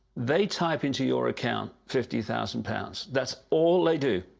they type into your account fifty thousand pounds. that's all they do!